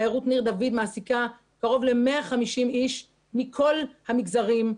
תיירות ניר דוד מעסיקה קרוב ל-150 אנשים מכל המגזרים,